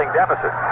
deficit